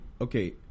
okay